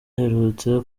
aherutse